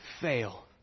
fail